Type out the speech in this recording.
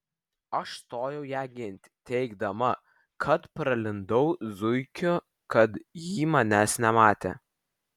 aš stojau ją ginti teigdama kad pralindau zuikiu kad jį manęs nematė